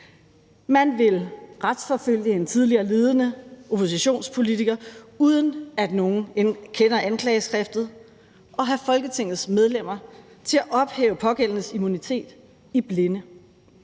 Man vil retsforfølge en tidligere ledende oppositionspolitiker, uden at nogen end kender anklageskriftet, og have Folketingets medlemmer til at ophæve den pågældendes immunitet i blinde.